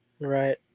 Right